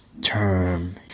term